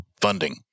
Funding